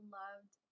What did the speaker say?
loved